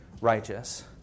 righteous